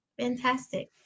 Fantastic